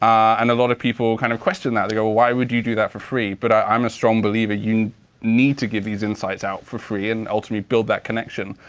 and a lot of people kind of question that. they go, why would you do that for free? but i'm a strong believer you need to give these insights out for free and ultimately build that connection.